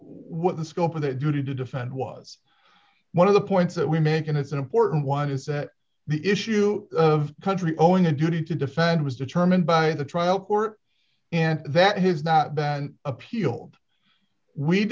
what the scope of the duty to defend was one of the points that we make and it's an important one is that the issue of country owing a duty to defend was determined by the trial court and that his not bent appeal we